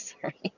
Sorry